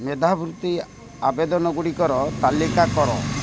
ମେଧାବୃତ୍ତି ଆବେଦନଗୁଡ଼ିକର ତାଲିକା କର